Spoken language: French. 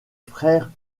frères